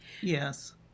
Yes